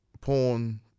porn